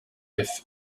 biff